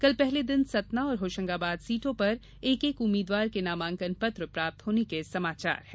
कल पहले दिन सतना और होशंगााबाद सीटों पर एक एक उम्मीदवार के नामांकन पत्र प्राप्त होने के समाचार है